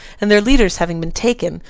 and their leaders having been taken,